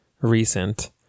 recent